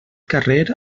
carrer